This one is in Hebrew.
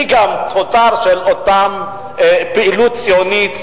גם אני תוצר של אותה פעילות ציונית,